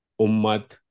ummat